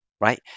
right